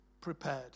prepared